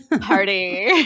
Party